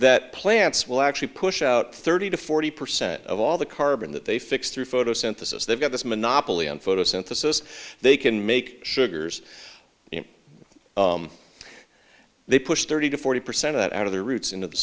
that plants will actually push out thirty to forty percent of all the carbon that they fix through photosynthesis they've got this monopoly on photosynthesis they can make sugars they push thirty to forty percent out of their roots into the